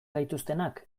gaituztenak